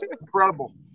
Incredible